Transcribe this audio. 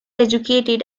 educated